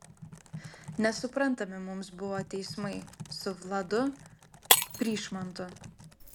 nesuprantami mums buvo teismai su vladu pryšmantu